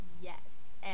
Yes